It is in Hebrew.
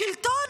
השלטון,